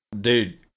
dude